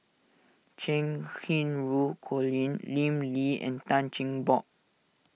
Cheng Xinru Colin Lim Lee and Tan Cheng Bock